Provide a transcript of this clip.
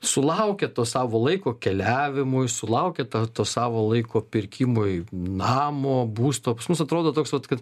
sulaukia to savo laiko keliavimui sulaukia to to savo laiko pirkimui namo būsto pas mus atrodo toks vat kad